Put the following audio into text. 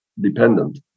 dependent